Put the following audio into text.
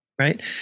Right